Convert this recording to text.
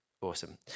Awesome